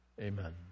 Amen